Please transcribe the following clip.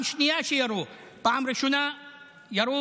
זאת הפעם השנייה שירו, בפעם הראשונה ירו